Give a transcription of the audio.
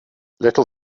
little